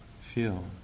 feel